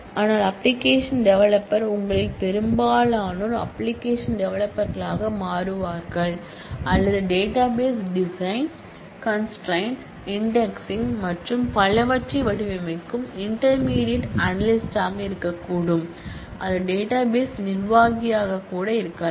ஆனால் அப்பிளிக்கேஷன் டெவலப்பர்கள் உங்களில் பெரும்பாலோர் அப்பிளிக்கேஷன் டெவலப்பர்களாக மாறுவார்கள் அல்லது database design design constraint indexing மற்றும் பலவற்றை வடிவமைக்கும் இன்டெர்மெடியட் அனலிஸ்ட் ஆக இருக்கக்கூடும் அது டேட்டாபேஸ் நிர்வாகியாக இருக்கலாம்